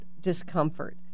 discomfort